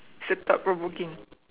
so thought provoking